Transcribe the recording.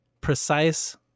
precise-